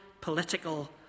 political